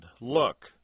Look